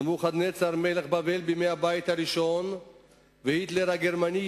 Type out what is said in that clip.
נבוכדנצר מלך בבל בימי הבית הראשון והיטלר הגרמני,